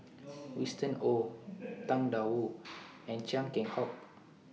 Winston Oh Tang DA Wu and Chia Keng Hock